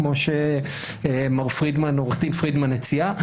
כמו שעו"ד פרידמן הציע,